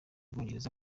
ubwongereza